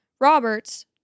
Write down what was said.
Roberts